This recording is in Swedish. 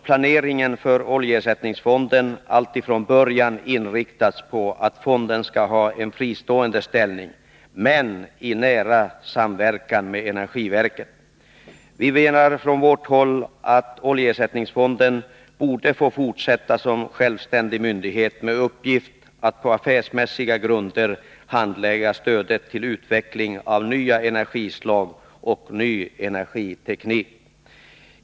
Planeringen för oljeersättningsfonden har också från början inriktats på att fonden skall ha en fristående ställning, men i nära samverkan med energiverket. Vi menar från vårt håll att oljeersättningsfonden borde få fortsätta som självständig myndighet med uppgift att på affärsmässiga grunder handlägga stödet till utveckling av nya energislag och ny energiteknik.